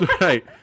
right